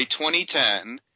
2010